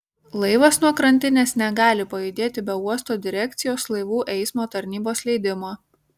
laivas nuo krantinės negali pajudėti be uosto direkcijos laivų eismo tarnybos leidimo